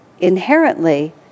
inherently